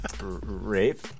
rape